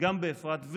גם באפרת,